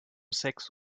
sechs